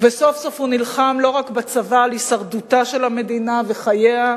וסוף-סוף הוא נלחם לא רק בצבא על הישרדותה של המדינה וחייה,